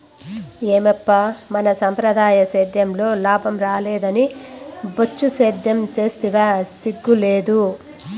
ఏమప్పా మన సంప్రదాయ సేద్యంలో లాభం రాలేదని బొచ్చు సేద్యం సేస్తివా సిగ్గు లేదూ